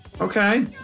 okay